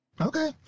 okay